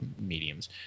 mediums